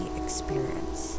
experience